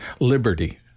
Liberty